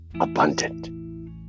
abundant